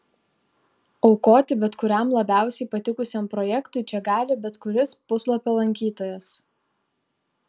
aukoti bet kuriam labiausiai patikusiam projektui čia gali bet kuris puslapio lankytojas